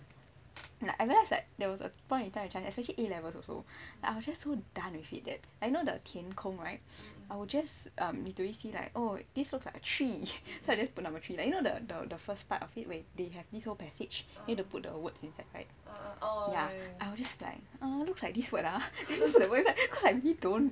and like I realise that there was a point in time in chinese especially a levels also I was just so done with it that I know that 天空 right I will just um do you see like oh this shows like three then I just put number three like you know the the first part of it when they have this whole passage need to put the words inside right ya I will just like looks like this word ah then I just put the word inside cause I really don't know